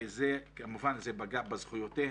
וכמובן זה פגע בזכויותיהם,